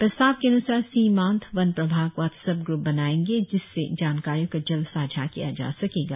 प्रस्ताव के अन्सार सिमांत वन प्रभाग व्हाट्सएप ग्र्प बनाऐंगे जिससे जानकारियों को जल्द साझा किया जा सकेगा